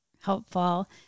helpful